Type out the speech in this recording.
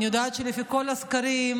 אני יודעת שלפי כל הסקרים,